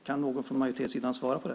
Kan någon från majoritetssidan svara på det?